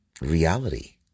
reality